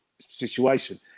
situation